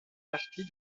partie